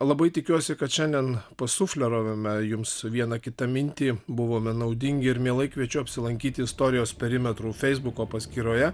labai tikiuosi kad šiandien pasufleravome jums vieną kitą mintį buvome naudingi ir mielai kviečiu apsilankyti istorijos perimetrų feisbuko paskyroje